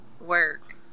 work